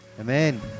Amen